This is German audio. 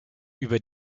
über